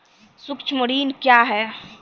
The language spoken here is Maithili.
सुक्ष्म ऋण क्या हैं?